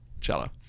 cello